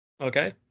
okay